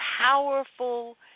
powerful